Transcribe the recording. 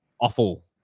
awful